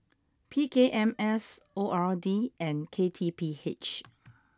P K M S O R D and K T P H